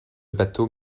bateau